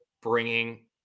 bringing